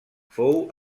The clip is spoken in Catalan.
fou